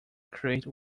create